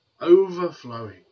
overflowing